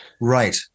right